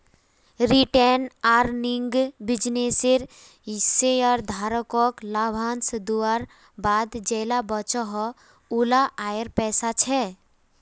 retained earning बिज्नेसेर शेयरधारकोक लाभांस दुआर बाद जेला बचोहो उला आएर पैसा छे